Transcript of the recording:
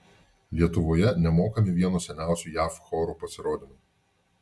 lietuvoje nemokami vieno seniausių jav chorų pasirodymai